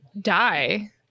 die